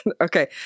okay